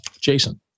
Jason